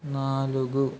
నాలుగు